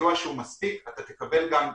סיוע שהוא מספיק אתה תקבל גם היענות.